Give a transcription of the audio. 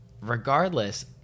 regardless